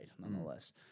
nonetheless